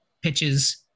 pitches